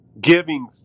giving